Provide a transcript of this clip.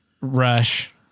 Rush